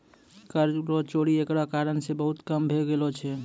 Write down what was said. कर रो चोरी एकरा कारण से बहुत कम भै गेलो छै